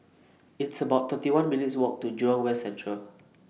It's about thirty one minutes' Walk to Jurong West Central